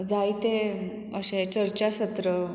जायते अशे चर्चा सत्र